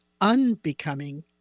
unbecoming